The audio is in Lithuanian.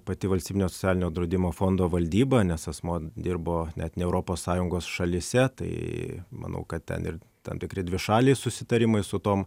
pati valstybinio socialinio draudimo fondo valdyba nes asmuo dirbo net ne europos sąjungos šalyse tai manau kad ten ir tam tikri dvišaliai susitarimai su tom